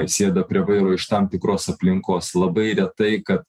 sėda prie vairo iš tam tikros aplinkos labai retai kad